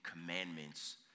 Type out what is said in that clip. commandments